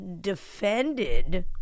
defended